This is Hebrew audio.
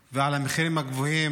ועל המחירים הגבוהים